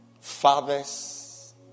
fathers